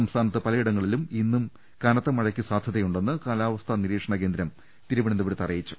സംസ്ഥാനത്ത് പലയിടങ്ങളിലും ഇന്നും കനത്ത മഴയ്ക്ക് സാധ്യതയുള്ളതായി കാലാവസ്ഥ നിരീക്ഷണ കേന്ദ്രം തിരുവനന്തപുരത്ത് അറിയിച്ചു